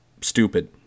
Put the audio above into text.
stupid